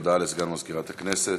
תודה לסגן מזכירת הכנסת.